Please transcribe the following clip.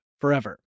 forever